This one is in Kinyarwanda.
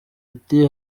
ati